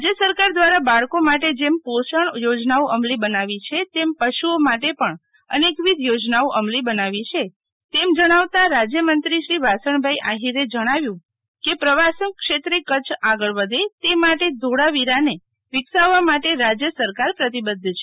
રાજય સરકાર દ્વારા બાળકો માટે જેમ પોષણ યોજનાઓ અમલી બનાવી છે તેમ પશુઓ માટે પણ અનેકવિધ યોજનાઓ અમલી બનાવી છે તેમ જણાવતા રાજ્યમંત્રીશ્રી વાસણભાઇ આહિરએ જણાવ્યું કે પ્રવાસન ક્ષેત્રે કચ્છ આગળ વધે તે માટે ધોળાવીરાને વિકસાવવા માટે રાજય સરકાર પ્રતિબધ્ધ છે